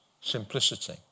Simplicity